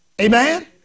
amen